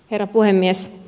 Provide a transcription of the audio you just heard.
herra puhemies